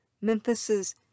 Memphis's